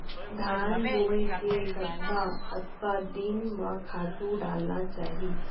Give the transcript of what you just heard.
धान बोए के कतका कतका दिन म खातू डालना चाही?